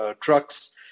trucks